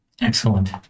Excellent